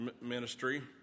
ministry